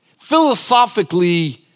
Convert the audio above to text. philosophically